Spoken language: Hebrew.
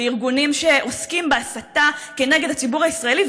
לארגונים שעוסקים בהסתה כנגד הציבור הישראלי?